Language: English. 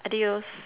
adios